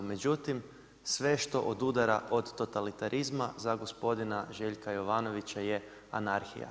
Međutim, sve što odudara od totalitarizma za gospodina Željka Jovanovića je anarhija.